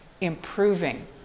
improving